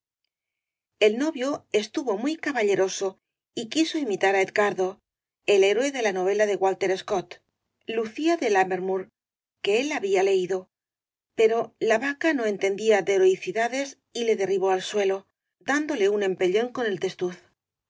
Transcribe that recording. el novio estuvo muy caballeroso y quiso imitar á edgardo el héroe de la novela de walter scott lucía de lammennoor que él había leído peí o la vaca no entendía de heroicidades y le derribó al suelo dándole un empellón con el testuz